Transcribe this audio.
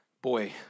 boy